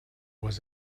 was